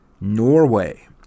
Norway